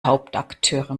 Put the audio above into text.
hauptakteure